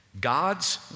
God's